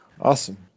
Awesome